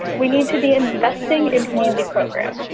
we need to be investing in community programs.